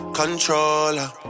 controller